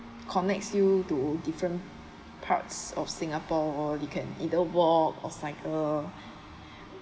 connects you to different parks of singapore you can either walk or cycle